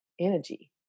energy